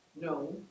No